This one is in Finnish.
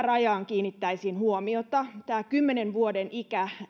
kiinnittäisin huomiota tämä kymmenen vuoden ikä